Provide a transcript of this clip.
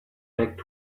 back